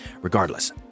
Regardless